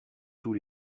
tous